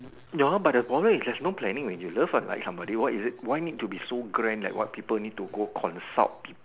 no but the problem is that there's no planning when you love or like somebody what is it why need to be so grand like what people need to go consult